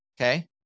Okay